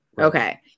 okay